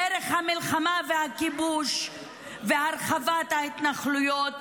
דרך המלחמה והכיבוש והרחבת ההתנחלויות,